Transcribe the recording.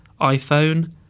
iPhone